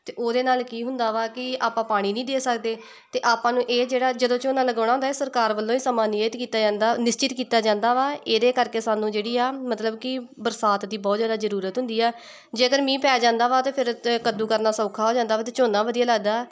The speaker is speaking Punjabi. ਅਤੇ ਉਹਦੇ ਨਾਲ ਕੀ ਹੁੰਦਾ ਵਾ ਕਿ ਆਪਾਂ ਪਾਣੀ ਨਹੀਂ ਦੇ ਸਕਦੇ ਅਤੇ ਆਪਾਂ ਨੂੰ ਇਹ ਜਿਹੜਾ ਜਦੋਂ ਝੋਨਾ ਲਗਾਉਣਾ ਹੁੰਦਾ ਸਰਕਾਰ ਵੱਲੋਂ ਹੀ ਸਮਾਂ ਨਿਯਤ ਕੀਤਾ ਜਾਂਦਾ ਨਿਸ਼ਚਿਤ ਕੀਤਾ ਜਾਂਦਾ ਵਾ ਇਹਦੇ ਕਰਕੇ ਸਾਨੂੰ ਜਿਹੜੀ ਆ ਮਤਲਬ ਕਿ ਬਰਸਾਤ ਦੀ ਬਹੁਤ ਜ਼ਿਆਦਾ ਜ਼ਰੂਰਤ ਹੁੰਦੀ ਆ ਜੇਕਰ ਮੀਂਹ ਪੈ ਜਾਂਦਾ ਵਾ ਤਾਂ ਫਿਰ ਤਾਂ ਕੱਦੂ ਕਰਨਾ ਸੌਖਾ ਹੋ ਜਾਂਦਾ ਵਾ ਅਤੇ ਝੋਨਾ ਵਧੀਆ ਲੱਗਦਾ